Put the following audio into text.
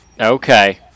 Okay